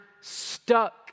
stuck